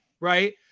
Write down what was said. Right